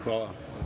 Hvala.